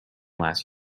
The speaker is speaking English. last